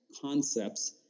concepts